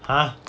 !huh!